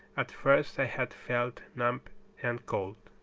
at first i had felt numbed and cold.